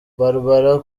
barbara